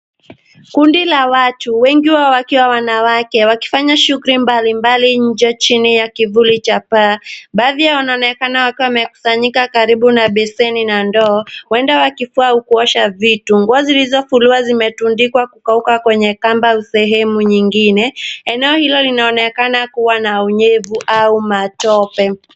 Kundi la watu wengi wao wakiwa wanawake wakifanya shughuli mbalimbali nje chini ya kivuli cha paa. Baadhi yao wanaonekana wakiwa wamekusanyika karibu na beseni na ndoo huenda wakifua au kuosha vitu. Nguo zilizofuliwa zimetundikwa kukauka kwenye kamba au sehemu nyingine. Eneo hilo linaonekana kuwa na unyevu au matope.